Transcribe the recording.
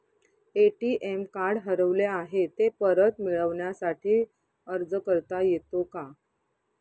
ATM card हरवले आहे, ते परत मिळण्यासाठी अर्ज करता येतो का?